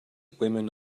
women